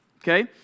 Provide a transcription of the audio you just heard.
Okay